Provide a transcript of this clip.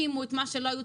הכנסת --- מה זאת אומרת?